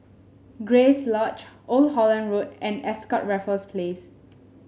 Grace Lodge Old Holland Road and Ascott Raffles Place